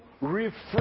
refresh